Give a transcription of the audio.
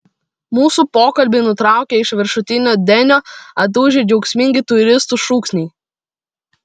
mūsų pokalbį nutraukė iš viršutinio denio atūžę džiaugsmingi turistų šūksniai